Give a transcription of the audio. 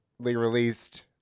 Released